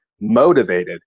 motivated